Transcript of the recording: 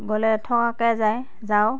গ'লে থকাকৈ যায় যাওঁ